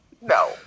No